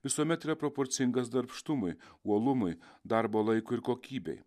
visuomet yra proporcingas darbštumui uolumui darbo laikui ir kokybei